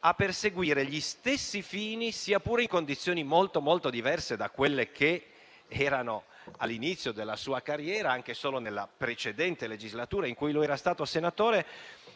a perseguire gli stessi fini di sempre sia pure in condizioni molto diverse da quelle che dall'inizio della sua carriera, anche solo nella precedente legislatura in cui era stato senatore,